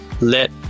let